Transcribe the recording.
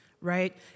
right